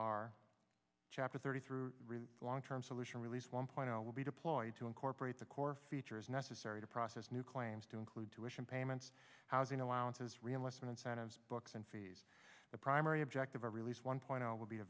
are chapter thirty through really the long term solution release one point zero will be deployed to incorporate the core features necessary to process new claims to include tuitions payments housing allowances reenlistment incentives books and fees the primary objective of release one point will be